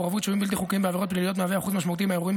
מעורבות שוהים בלתי חוקיים בעבירות פליליות מהווה אחוז משמעותי מהאירועים